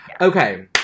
okay